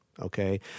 Okay